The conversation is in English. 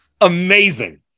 amazing